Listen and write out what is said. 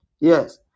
yes